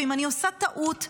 ואם אני עושה טעות,